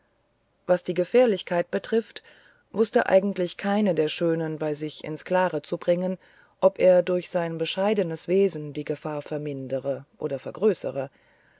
was die gefährlichkeit betrifft wußte eigentlich keine der schönen bei sich ins klare zu bringen ob er durch sein bescheidenes wesen die gefahr vermindere oder vergrößere